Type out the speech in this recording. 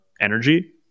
energy